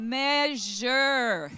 measure